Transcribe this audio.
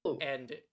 And-